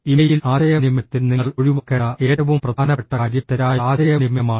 email ആശയവിനിമയത്തിൽ നിങ്ങൾ ഒഴിവാക്കേണ്ട ഏറ്റവും പ്രധാനപ്പെട്ട കാര്യം തെറ്റായ ആശയവിനിമയമാണ്